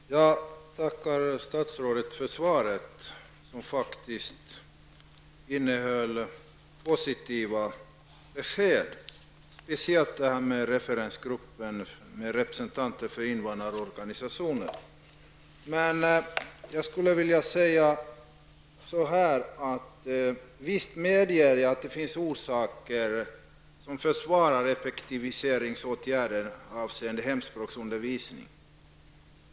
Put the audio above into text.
Herr talman! Jag tackar statsrådet för svaret, som faktiskt innehöll positiva besked. Det gäller främst vad statsrådet sade om referensgruppen med representanter för invandrarorganisationer. Jag medger att det finns skäl för de åtgärder som vidtagits för att effektivisera hemspråksundervisningen.